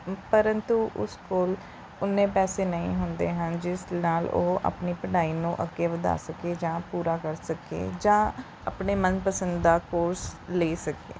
ਪਰੰਤੂ ਉਸ ਕੋਲ ਓਨੇ ਪੈਸੇ ਨਹੀਂ ਹੁੰਦੇ ਹਨ ਜਿਸ ਨਾਲ ਉਹ ਆਪਣੀ ਪੜ੍ਹਾਈ ਨੂੰ ਅੱਗੇ ਵਧਾ ਸਕੇ ਜਾਂ ਪੂਰਾ ਕਰ ਸਕੇ ਜਾਂ ਆਪਣੇ ਮਨਪਸੰਦ ਦਾ ਕੋਰਸ ਲੈ ਸਕੇ